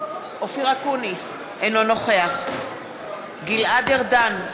אינו נוכח גלעד ארדן,